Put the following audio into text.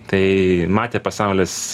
tai matė pasaulis